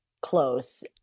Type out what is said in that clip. close